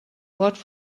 what